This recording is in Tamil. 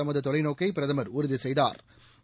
தமது தொலைநோக்கை பிரதமர் உறுதி செய்தாா்